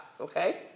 okay